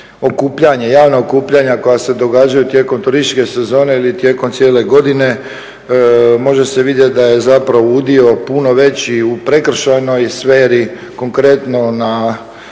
javna okupljanja koja se događaju tijekom turističke sezone ili tijekom cijele godine može se vidjeti da je zapravo udio puno veći u prekršajnoj sferi. Konkretno na